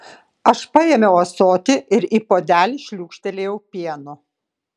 aš paėmiau ąsotį ir į puodelį šliūkštelėjau pieno